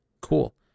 Cool